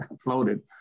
floated